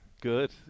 Good